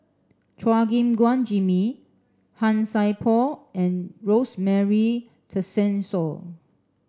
Chua Gim Guan Jimmy Han Sai Por and Rosemary Tessensohn